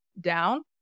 down